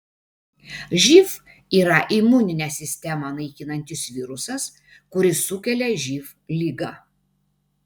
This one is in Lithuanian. živ yra imuninę sistemą naikinantis virusas kuris sukelia živ ligą